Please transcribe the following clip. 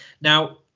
Now